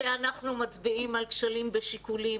שאנחנו מצביעים על כשלים בשיקולים.